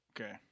Okay